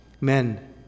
men